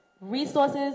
resources